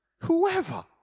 whoever